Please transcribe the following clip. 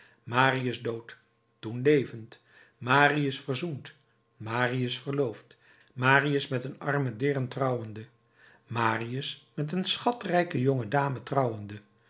marius dood toen levend marius verzoend marius verloofd marius met een arme deern trouwende marius met een schatrijke jonge dame trouwende